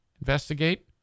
Investigate